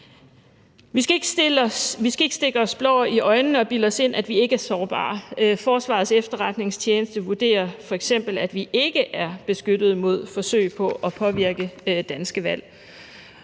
Vi skal ikke stikke os selv blår i øjnene og bilde os ind, at vi ikke er sårbare. Forsvarets Efterretningstjeneste vurderer f.eks., at vi ikke er beskyttet mod forsøg på at påvirke danske valg.